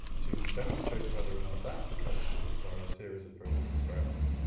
to demonstrate whether or not that's the case would require a series of further experiments.